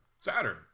Saturn